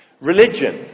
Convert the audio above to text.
Religion